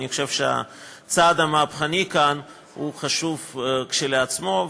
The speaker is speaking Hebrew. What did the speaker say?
אני חושב שהצעד המהפכני כאן חשוב כשלעצמו,